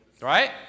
Right